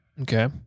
Okay